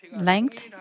length